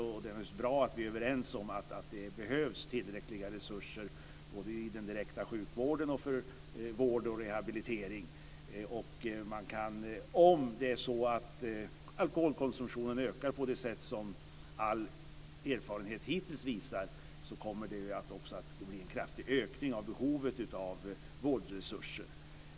Det är naturligtvis bra att vi är överens om att det behövs tillräckliga resurser både i den direkta sjukvården och för vård och rehabilitering. Om det är så att alkoholkonsumtionen ökar på det sätt som all erfarenhet hittills visar så kommer det också att bli en kraftig ökning av behovet av vårdresurser.